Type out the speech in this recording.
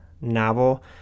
novel